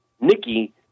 Nikki